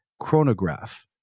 chronograph